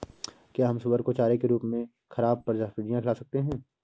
क्या हम सुअर को चारे के रूप में ख़राब सब्जियां खिला सकते हैं?